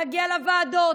נגיע לוועדות.